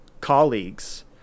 colleagues